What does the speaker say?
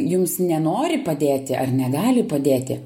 jums nenori padėti ar negali padėti